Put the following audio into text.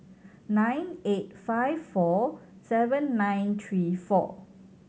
nine eight five four seven nine three four